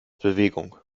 bewegung